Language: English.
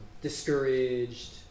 discouraged